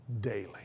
daily